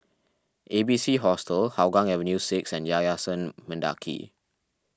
A B C Hostel Hougang Avenue six and Yayasan Mendaki